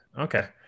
Okay